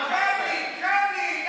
לקרמלין.